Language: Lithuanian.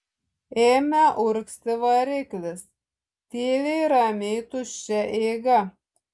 ėmė urgzti variklis tyliai ramiai tuščia eiga